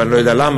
ואני לא יודע למה,